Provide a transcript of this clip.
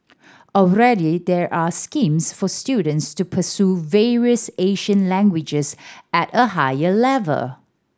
already there are schemes for students to pursue various Asian languages at a higher level